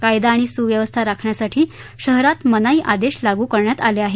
कायदा आणि सुव्यवस्था राखण्यासाठी शहरात मनाई आदेश लागू करण्यात आले आहेत